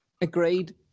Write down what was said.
Agreed